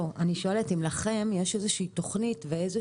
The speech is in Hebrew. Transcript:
אני שואלת אם לכם יש איזה תוכנית ואיזה